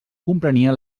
comprenia